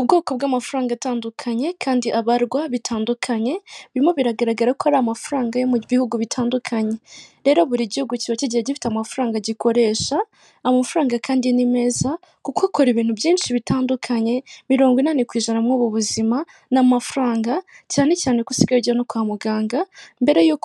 Inzu inzu nini isize umucanga ndetse hari n'inzu ishaje ntoya, nyuma yaho hari ishyamba n'icyapa cyanditseho akanyaru, huye, muhanga; hariho icyapa kiriho akantu kazamuye ndetse n'ikindi gitambika